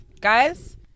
Guys